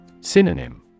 Synonym